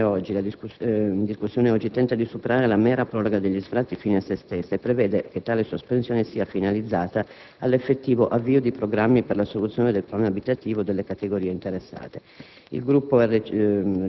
Il provvedimento in discussione oggi tenta di superare la mera proroga degli sfratti fine a se stessa e prevede che tale sospensione sia finalizzata all'effettivo avvio di programmi per la soluzione del problema abitativo delle categorie interessate.